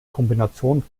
kombination